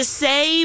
say